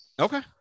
Okay